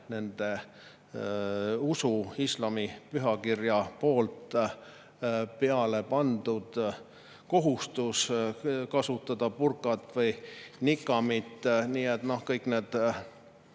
nende usu ja islami pühakirja poolt peale pandud kohustust kasutada burkat või nikaabi. Nii et kõik need